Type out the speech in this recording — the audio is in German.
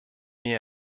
mir